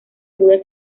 aguda